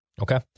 Okay